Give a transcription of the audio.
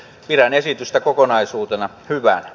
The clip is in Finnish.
pidän esitystä kokonaisuutena hyvänä